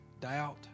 doubt